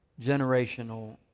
generational